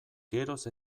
geroz